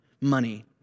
Money